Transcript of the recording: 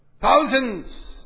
thousands